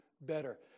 better